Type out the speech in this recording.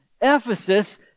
Ephesus